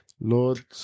Lord